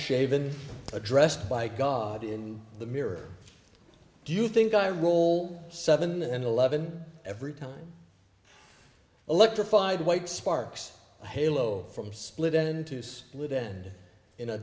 shaven addressed by god in the mirror do you think i roll seven and eleven every time electrified white sparks halo from split into this little head in a